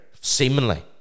Seemingly